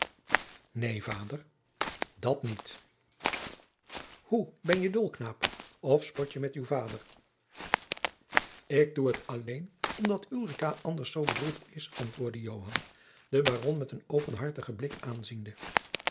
neen vader dat niet hoe ben je dol knaap of spot je met uw vader ik doe het alleen omdat ulrica anders zoo bedroefd is antwoordde joan den baron met een openhartigen blik aanziende